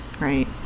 Right